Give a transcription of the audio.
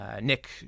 Nick